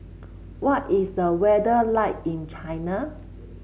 what is the weather like in China